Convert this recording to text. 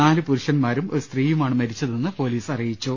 നാലു പുരുഷ ന്മാരും ഒരു സ്ത്രീയുമാണ് മരിച്ചതെന്ന് പൊലീസ് അറിയിച്ചു